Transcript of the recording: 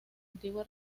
antigua